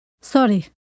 Sorry